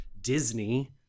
Disney